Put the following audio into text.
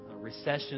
recession